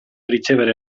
ricevere